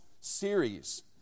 series